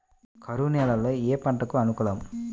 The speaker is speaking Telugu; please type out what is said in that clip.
కరువు నేలలో ఏ పంటకు అనుకూలం?